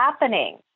happening